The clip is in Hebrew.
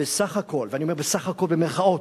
"בסך הכול" ואני אומר בסך הכול במירכאות,